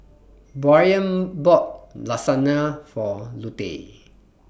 Bryan bought Lasagna For Lute